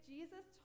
Jesus